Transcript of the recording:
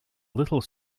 little